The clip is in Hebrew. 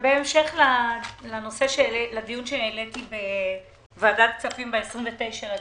בהמשך לדיון שהעליתי בוועדת כספים ב-29.9-